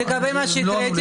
ולגבי מה שיקרה,